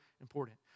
important